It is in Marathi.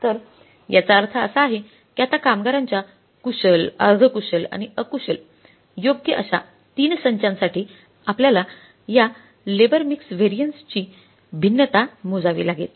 तर याचा अर्थ असा की आता कामगारांच्या कुशल अर्धकुशल आणि अकुशल योग्य अशा 3 संचांसाठी आपल्याला यालेबर मिक्स व्हॅरियन्स ची भिन्नता मोजावी लागेल